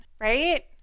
right